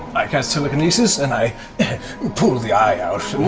i cast telekinesis and i pull the eye out.